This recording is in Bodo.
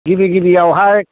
गिबि गिबियावहाय